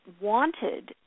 wanted